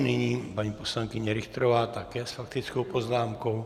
Nyní paní poslankyně Richterová, také s faktickou poznámkou.